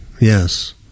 Yes